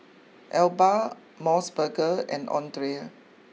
Alba Mos Burger and Andre